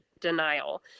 denial